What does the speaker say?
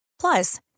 Plus